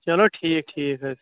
چَلو ٹھیٖک ٹھیٖک حظ